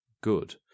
good